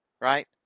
Right